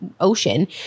ocean